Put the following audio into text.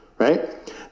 Right